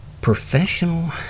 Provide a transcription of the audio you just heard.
professional